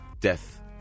death